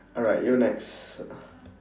alright you're next